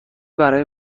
برای